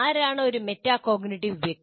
ആരാണ് ഒരു മെറ്റാകോഗ്നിറ്റീവ് വ്യക്തി